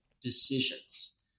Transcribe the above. decisions